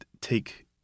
take